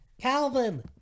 Calvin